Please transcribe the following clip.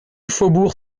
faubourg